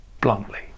bluntly